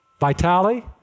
Vitaly